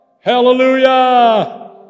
hallelujah